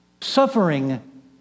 Suffering